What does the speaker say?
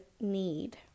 need